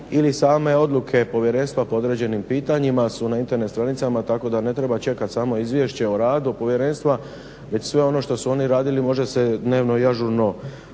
ili same odluke Povjerenstva po određenim pitanjima su na Internet stranicama tako da ne treba čekati samo izvješće o radu Povjerenstva već sve ono što su oni radili može se dnevno i ažurno